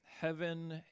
Heaven